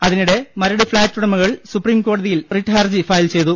അതിനിടെ മരട് ഫ്ളാറ്റ് ഉടമകൾ സുപ്രീംകോടതിയിൽ റിട്ട് ഹർജി ഫയൽചെയ്തു